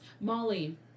Molly